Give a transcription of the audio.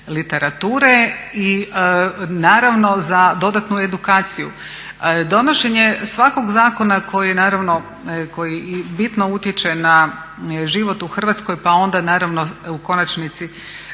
literature i naravno za dodatnu edukaciju. Donošenje svakog zakona koji je naravno, koji bitno utječe na život u Hrvatskoj pa onda naravno u konačnici